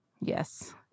Yes